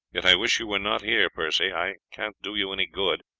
yet i wish you were not here, percy i can't do you any good,